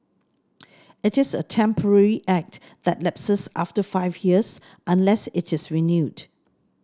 it is a temporary act that lapses after five years unless it is renewed